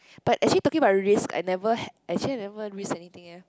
but actually talking about risk I never had I actually never risk anything eh